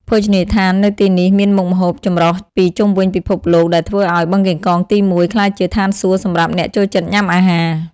ភោជនីយដ្ឋាននៅទីនេះមានមុខម្ហូបចម្រុះពីជុំវិញពិភពលោក ដែលធ្វើឱ្យ បឹងកេងកងទី១ ក្លាយជាឋានសួគ៌សម្រាប់អ្នកចូលចិត្តញ៉ាំអាហារ។